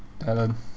talent